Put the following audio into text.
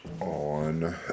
on